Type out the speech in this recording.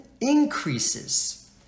increases